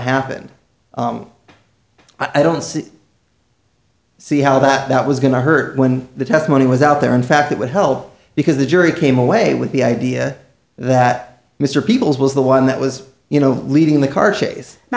happened i don't see see how that was going to hurt when the testimony was out there in fact it would help because the jury came away with the idea that mr people's was the one that was you know leading the car chase